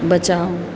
बचाओ